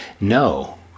No